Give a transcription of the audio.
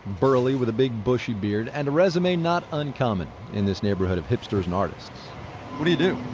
burly with a big bushy beard and a resume not uncommon in this neighborhood of hipsters and artists what do you do?